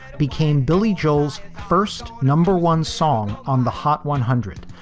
became billy joel's first number one song on the hot one hundred.